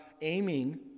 aiming